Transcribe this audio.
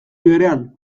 berean